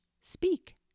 speak